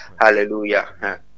Hallelujah